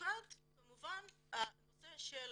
במיוחד הנושא של